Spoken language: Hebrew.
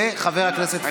וחבר הכנסת פטין מולא.